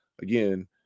Again